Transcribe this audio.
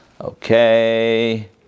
Okay